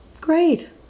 Great